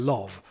Love